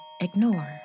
ignore